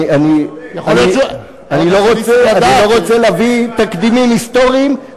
אני לא רוצה להביא תקדימים היסטוריים,